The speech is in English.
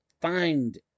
find